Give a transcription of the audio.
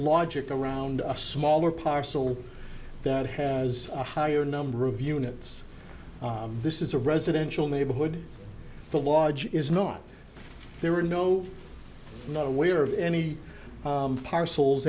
logic around a smaller parcel that has a higher number of units this is a residential neighborhood the law is not there were no not aware of any parcels